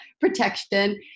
protection